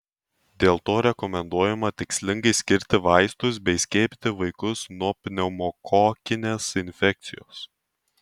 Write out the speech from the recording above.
dėl to rekomenduojama tikslingai skirti vaistus bei skiepyti vaikus nuo pneumokokinės infekcijos